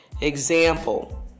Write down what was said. Example